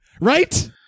Right